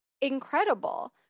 incredible